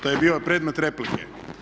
To je bio predmet replike.